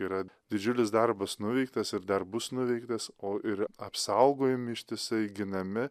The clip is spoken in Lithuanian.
yra didžiulis darbas nuveiktas ir dar bus nuveiktas o ir apsaugojami ištisai ginami